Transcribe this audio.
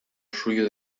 suyo